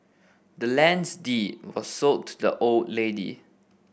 the land's deed was sold to the old lady